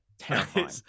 Terrifying